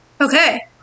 Okay